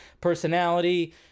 personality